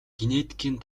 генетикийн